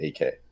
AK